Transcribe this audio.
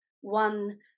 one